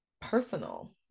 personal